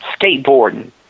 skateboarding